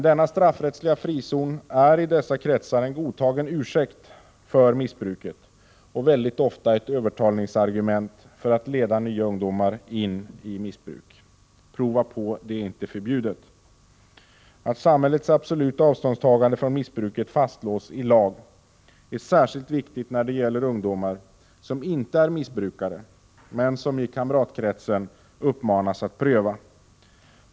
Den straffrättsliga frizonen är i dessa kretsar en godtagen ursäkt för missbruket och utgör ofta ett övertalningsargument för att leda nya ungdomar in i missbruket: ”Prova på, det är inte förbjudet”. Att samhällets absoluta avståndstagande från missbruket fastslås i lag är särskilt viktigt när det gäller ungdomar som inte är missbrukare men som i kamratkretsen uppmanas att pröva.